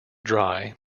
dry